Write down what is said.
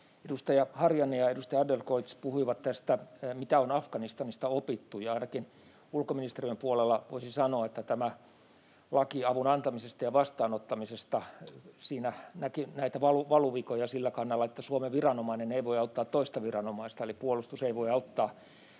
Edustaja Harjanne ja edustaja Adlercreutz puhuivat tästä, mitä on Afganistanista opittu, ja ainakin ulkoministeriön puolella voisi sanoa, että avun antamisesta ja vastaanottamisesta annetussa laissa näki näitä valuvikoja siltä kannalta, että Suomen viranomainen ei voi auttaa toista viranomaista, eli puolustus ei voi auttaa